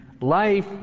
Life